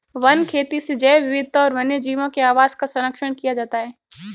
one खेती से जैव विविधता और वन्यजीवों के आवास का सरंक्षण किया जाता है